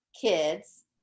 kids